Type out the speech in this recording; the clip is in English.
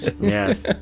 yes